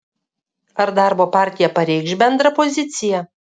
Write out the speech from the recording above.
ar darbo partija pareikš bendrą poziciją